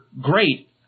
great